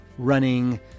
running